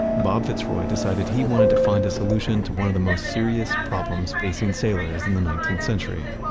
bob fitzroy decided he wanted to find a solution to one of the most serious problems facing sailors in the nineteenth century,